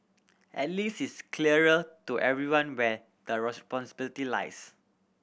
at least it's clearer to everyone where the responsibility lies